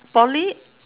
poly